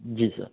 जी sir